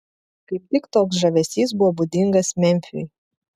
kaip tik toks žavesys buvo būdingas memfiui